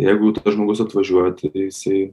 jeigu žmogus atvažiuoja tada jisai